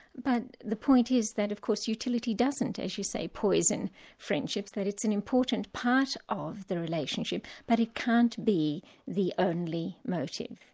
but the point is that of course that utility doesn't, as you say, poison friendships, that it's an important part of the relationship, but it can't be the only motive,